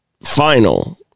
final